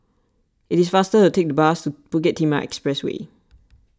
it is faster to take the bus Bukit Timah Expressway